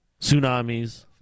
Tsunamis